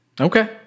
Okay